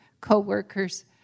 co-workers